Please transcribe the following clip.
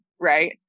right